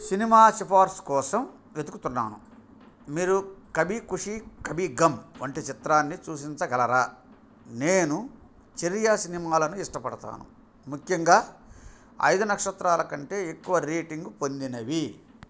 cinema సిఫార్సు కోసం వెతుకుతున్నాను మీరు కభీ ఖుషీ కభీ ఘమ్ వంటి చిత్రాన్ని సూచించగలరా నేను చర్యా సినిమాలను ఇష్టపడతాను ముఖ్యంగా ఐదు నక్షత్రాల కంటే ఎక్కువ రేటింగ్ పొందినవి